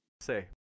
say